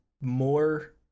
more